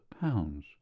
pounds